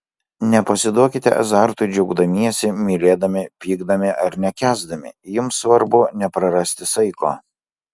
nepasiduokite azartui džiaugdamiesi mylėdami pykdami ar nekęsdami jums svarbu neprarasti saiko